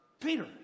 Peter